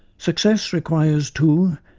success requires, too,